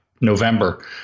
November